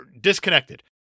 disconnected